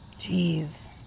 Jeez